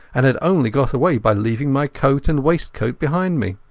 and had only got away by leaving my coat and waistcoat behind me.